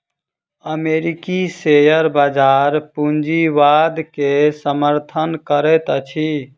अमेरिकी शेयर बजार पूंजीवाद के समर्थन करैत अछि